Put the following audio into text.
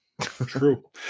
True